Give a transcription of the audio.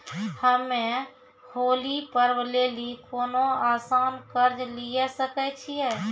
हम्मय होली पर्व लेली कोनो आसान कर्ज लिये सकय छियै?